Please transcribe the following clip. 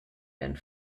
den